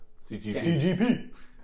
CGP